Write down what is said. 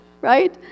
Right